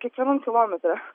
kiekvienam kilometre